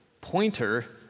pointer